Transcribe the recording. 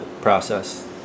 process